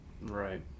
Right